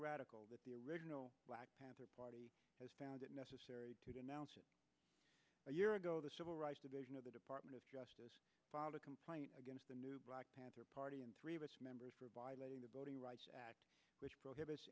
radical that the original black panther party found it necessary to denounce a year ago the civil rights division of the department of justice filed a complaint against the new black panther party in three of its members for violating the voting rights act which prohibits